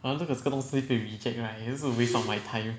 !wah! 录了这个东西可以 reject right waste of my time